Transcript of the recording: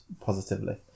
positively